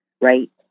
Right